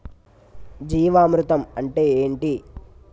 జీవామృతం అంటే ఏంటి?